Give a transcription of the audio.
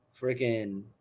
Freaking